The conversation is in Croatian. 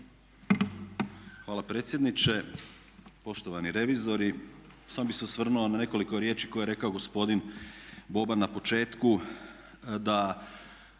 Hvala predsjedniče, poštovani revizori. Samo bih se osvrnuo na nekoliko riječi koje je rekao gospodin Boban na početku da